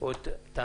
או את ההנחיות.